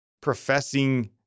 professing